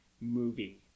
movie